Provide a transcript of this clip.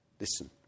Listen